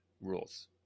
rules